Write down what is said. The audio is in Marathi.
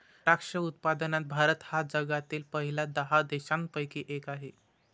द्राक्ष उत्पादनात भारत हा जगातील पहिल्या दहा देशांपैकी एक आहे